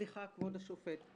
סליחה, כבוד השופט.